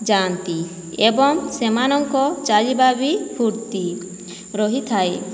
ଯାଆନ୍ତି ଏବଂ ସେମାନଙ୍କ ଚାଲିବା ବି ଫୁର୍ତ୍ତି ରହିଥାଏ